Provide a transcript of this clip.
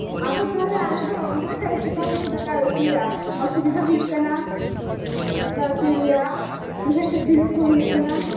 ᱟᱫᱚ ᱛᱟᱦᱚᱞᱮ ᱟᱞᱮᱫᱚ ᱚᱱᱠᱟ ᱠᱷᱟᱡ ᱪᱤᱠᱟᱹᱛᱮᱞᱮ ᱫᱟᱠᱟ ᱩᱛᱩᱭᱟ ᱚᱥᱩᱵᱤᱫᱷᱟ ᱦᱩᱭᱩᱜ ᱠᱟᱱᱟ ᱫᱟᱠᱟ ᱩᱛᱩᱭ ᱨᱮᱭᱟᱜ ᱪᱩᱞᱦᱟᱹ ᱴᱷᱮᱡ ᱫᱩᱲᱩᱵ ᱠᱚᱜ ᱦᱩᱭᱩᱜ ᱠᱟᱱᱟ